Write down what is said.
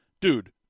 dude